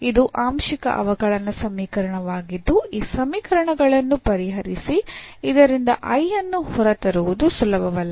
ಇದು ಆಂಶಿಕ ಅವಕಲನ ಸಮೀಕರಣವಾಗಿದ್ದು ಈ ಸಮೀಕರಣಗಳನ್ನು ಪರಿಹರಿಸಿ ಇದರಿಂದ I ಅನ್ನು ಹೊರತರುವುದು ಸುಲಭವಲ್ಲ